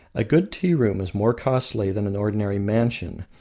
a good tea-room is more costly than an ordinary mansion,